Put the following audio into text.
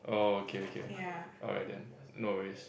oh okay okay alright then no worries